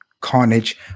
carnage